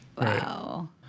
Wow